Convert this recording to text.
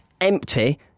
empty